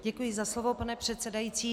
Děkuji za slovo, pane předsedající.